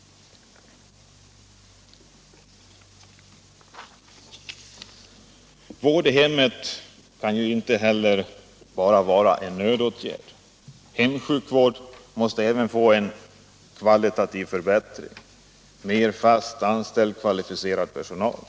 Vård i hemmet får heller inte bara vara en nödåtgärd. Hemsjukvården måste även få en kvalitativ förbättring med fast anställd kvalificerad personal.